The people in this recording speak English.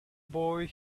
boy